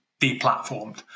deplatformed